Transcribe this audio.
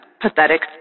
pathetic